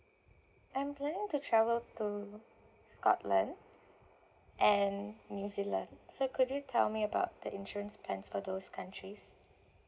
I'm planning to travel to scotland and new zealand so could you tell me about the insurance plans for those countries